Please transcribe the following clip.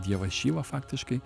dievą šyvą faktiškai